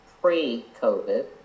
pre-COVID